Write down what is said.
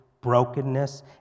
brokenness